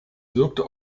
wirkte